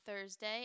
Thursday